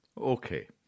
Okay